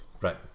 Right